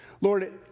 Lord